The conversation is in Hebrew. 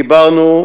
דיברנו,